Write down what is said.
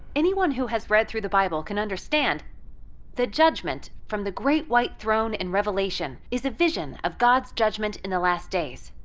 anyone who has read through the bible can understand the judgment from the great white throne in revelation is a vision of god's judgment in the last days.